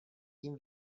tím